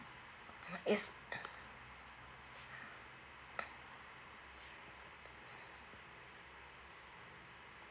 is